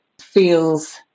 feels